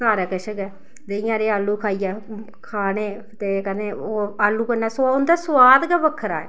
सारा किश गै देहीं आह्ले आलू खाइयै खाने ते कदें ओह् आलू कन्नै सो उं'दा सोआद गै बक्खरा ऐ